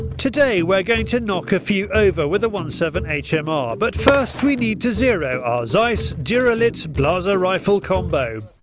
today we're going to knock a few over with a point one seven h m r but first we need to zero our zeiss duralyt blaser rifle combo.